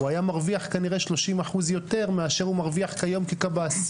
הוא היה מרוויח כנראה שלושים אחוז יותר מאשר הוא מרוויח כיום כקב"ס.